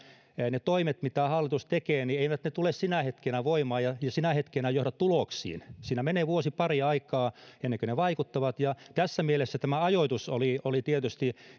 ne toimet mitä hallitus tekee eivät tule sinä hetkenä voimaan ja sinä hetkenä johda tuloksiin siinä menee vuosi pari aikaa ennen kuin ne vaikuttavat ja tässä mielessä tämä ajoitus oli oli tietysti